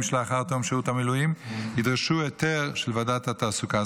שלאחר תום שירות המילואים ידרשו היתר של ועדת התעסוקה.